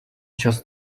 just